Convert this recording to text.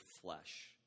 flesh